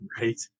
Right